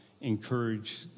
encourage